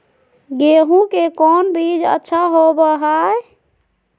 गेंहू के कौन बीज अच्छा होबो हाय?